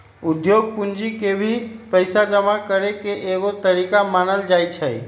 उद्योग पूंजी के भी पैसा जमा करे के एगो तरीका मानल जाई छई